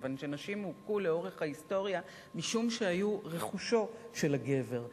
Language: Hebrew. כיוון שנשים הוכו לאורך ההיסטוריה משום שהיו רכושו של הגבר,